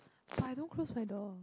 but I don't close my door